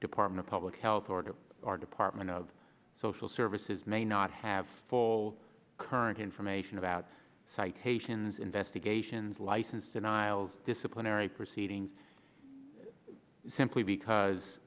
department of public health order our department of social services may not have full current information about citations investigations licensed or niall's disciplinary proceedings simply because